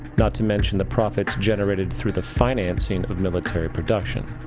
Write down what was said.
not to mention the profit generated through the financing of military productions.